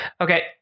Okay